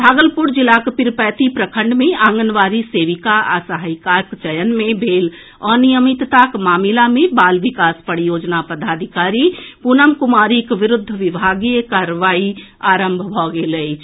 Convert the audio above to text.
भागलपुर जिलाक पीरपैंती प्रखंड मे आंगनबाड़ी सेविका आ सहायिकाक चयन मे भेल अनियमितताक मामिला मे बाल विकास परियोजना पदाधिकारी पूनम कुमारीक विरूद्ध विभागीय कार्रवाई आरंभ भऽ गेल अछि